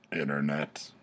Internet